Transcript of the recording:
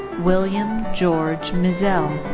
william george mizell.